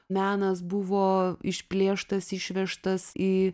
menas buvo išplėštas išvežtas į